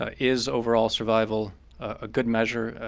ah is overall survival a good measure?